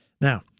Now